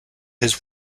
his